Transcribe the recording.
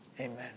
Amen